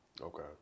Okay